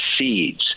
seeds